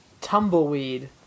tumbleweed